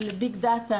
על ביג-דאטה,